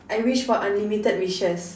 I wish for unlimited wishes